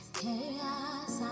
chaos